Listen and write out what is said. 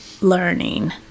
learning